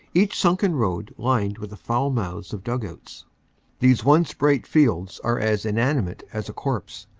each sunken road lined with the foul mouths of dug-outs these once bright fields are as inani mate as a corpse,